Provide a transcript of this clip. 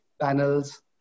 panels